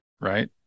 right